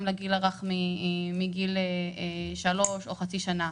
לגיל הרך מגיל שלוש או מגיל חצי שנה.